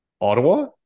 Ottawa